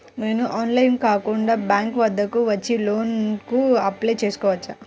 నేను ఆన్లైన్లో కాకుండా బ్యాంక్ వద్దకు వచ్చి లోన్ కు అప్లై చేసుకోవచ్చా?